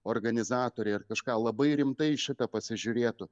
organizatoriai ar kažką labai rimtai į šitą pasižiūrėtų